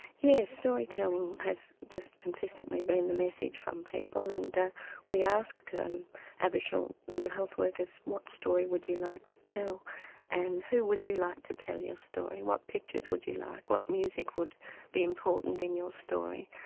yes, storytelling has just consistently been the message from people and we asked um aboriginal mental health workers what story would you like to tell and who would you like to tell your story, what pictures would you like, what music would be important in your story',